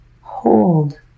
hold